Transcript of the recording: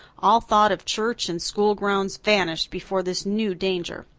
all thought of church and school grounds vanished before this new danger.